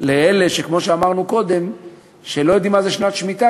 לאלה שכמו שאמרנו קודם לא יודעים מה זה שנת שמיטה